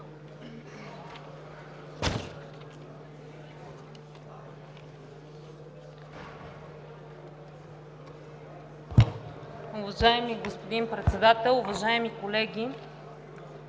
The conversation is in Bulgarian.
Уважаеми господин Председател, уважаеми господин